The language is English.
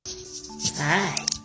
Hi